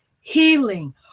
healing